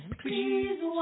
please